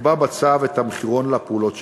יקבע בצו את המחירון לפעולות שציינתי.